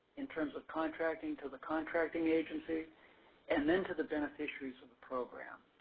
in terms of contracting to the contracting agency and then to the beneficiaries of the program.